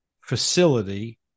facility